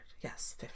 Yes